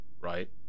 right